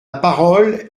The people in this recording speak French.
parole